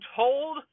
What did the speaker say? told